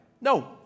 No